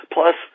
Plus